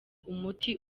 umuti